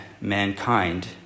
mankind